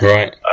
Right